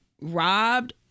robbed